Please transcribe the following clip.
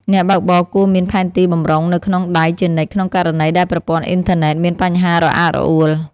អ្នកបើកបរគួរមានផែនទីបម្រុងនៅក្នុងដៃជានិច្ចក្នុងករណីដែលប្រព័ន្ធអ៊ីនធឺណិតមានបញ្ហារអាក់រអួល។